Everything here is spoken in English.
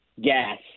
gas